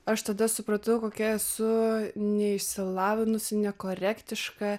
aš tada supratau kokia esu neišsilavinusi nekorektiška